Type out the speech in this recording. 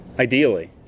Ideally